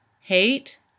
hate